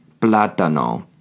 plátano